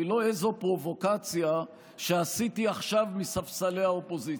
פרובוקציה שעשיתי עכשיו מספסלי האופוזיציה.